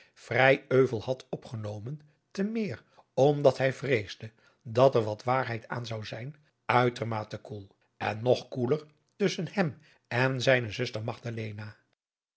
vrij euvel had opgenomen te meer omdat hij vreesde dat er wat waarheid aan zou zijn uitermate koel en nog koeler tusschen hem en zijne zuster